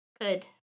Good